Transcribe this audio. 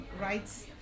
rights